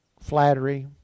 flattery